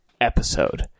episode